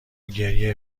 گریه